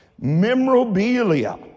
memorabilia